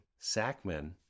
Sackman